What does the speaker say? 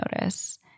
notice